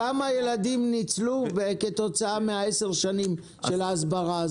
כמה ילדים ניצלו כתוצאה מעשר שנים של הסברה?